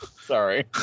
sorry